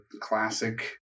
classic